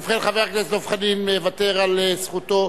ובכן, חבר הכנסת דב חנין מוותר על זכותו.